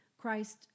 Christ